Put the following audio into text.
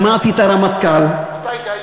שמעתי את הרמטכ"ל, אתה היית.